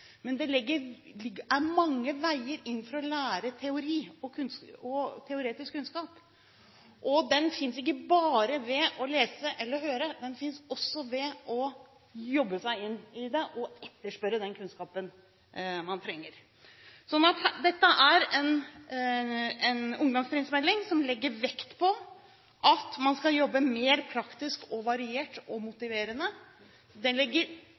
Men det er mange veier inn for å få teoretisk kunnskap. Den oppnås ikke bare ved å lese eller høre. Den oppnås også ved å jobbe seg inn i det og etterspørre den kunnskapen man trenger. Så dette er en ungdomstrinnsmelding som legger vekt på at man skal jobbe mer praktisk, variert og